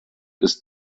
ist